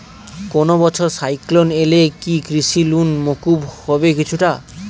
কোনো বছর সাইক্লোন এলে কি কৃষি ঋণ মকুব হবে কিছুটা?